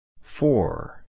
four